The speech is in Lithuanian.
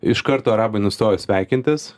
iš karto arabai nustojo sveikintis